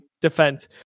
defense